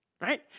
Right